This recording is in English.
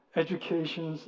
education